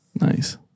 Nice